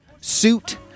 suit